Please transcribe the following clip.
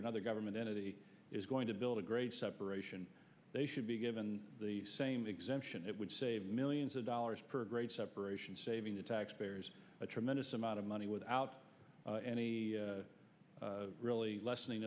another government entity is going to build a great separation they should be given the same exemption it would save millions of dollars per grade separation saving the taxpayers a tremendous amount of money without any really lessening